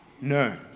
No